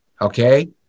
Okay